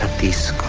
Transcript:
piece